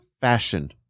fashion